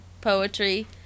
poetry